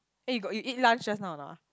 eh you got you you eat lunch just now or not